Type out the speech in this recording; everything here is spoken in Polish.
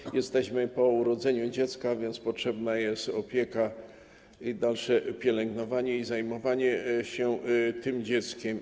Teraz jesteśmy po urodzeniu dziecka, a więc potrzebna jest opieka, dalsze pielęgnowanie i zajmowanie się tym dzieckiem.